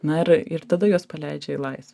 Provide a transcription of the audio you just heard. na ir ir tada juos paleidžia į lais